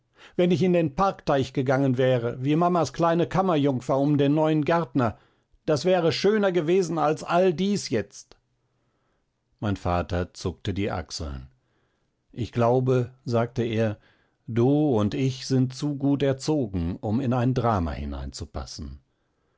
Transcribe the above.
wenn ich in den parkteich gegangen wäre wie mamas kleine kammerjungfer um den neuen gärtner das wäre schöner gewesen als all dies jetzt mein vater zuckte die achseln ich glaube sagte er du und ich sind zu gut erzogen um in ein drama hineinzupassen